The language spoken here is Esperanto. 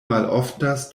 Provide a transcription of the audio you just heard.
maloftas